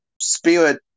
spirit